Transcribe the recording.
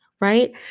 right